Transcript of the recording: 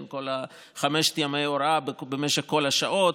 כל חמשת ימי ההוראה במשך כל השעות,